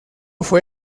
fue